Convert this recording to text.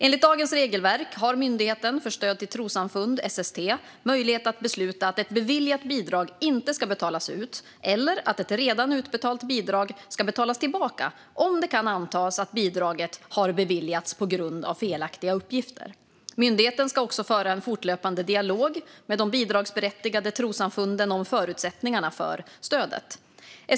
Enligt dagens regelverk har Myndigheten för stöd till trossamfund, SST, möjlighet att besluta att ett beviljat bidrag inte ska betalas ut, eller att ett redan utbetalt bidrag ska betalas tillbaka om det kan antas att bidraget har beviljats på grund av felaktiga uppgifter. Myndigheten ska också föra en fortlöpande dialog med de bidragsberättigade trossamfunden om förutsättningarna för stödet.